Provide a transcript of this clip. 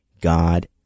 God